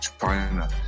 China